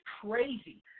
crazy